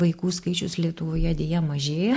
vaikų skaičius lietuvoje deja mažėja